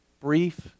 brief